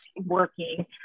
working